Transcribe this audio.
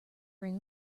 ring